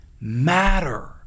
matter